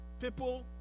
people